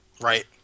Right